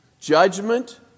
judgment